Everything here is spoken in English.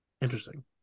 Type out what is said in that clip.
Interesting